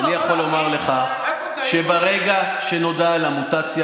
אני יכול לומר לך שברגע שנודע על המוטציה